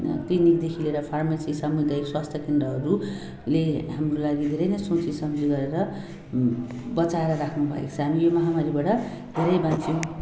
क्लिनिकदेखि लिएर फार्मासीसम्म स्वास्थ्य केन्द्रहरूले हाम्रो लागि धेरै नै सोची सम्झी गरेर बचाएर राक्नुभएको छ हामी यो महामारीबाट धेरै बाच्यौँ